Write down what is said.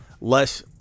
less